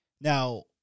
Now